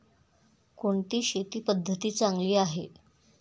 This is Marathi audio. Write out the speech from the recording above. कोणती शेती पद्धती चांगली आहे?